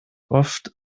oft